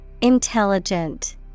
Intelligent